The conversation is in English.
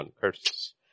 curses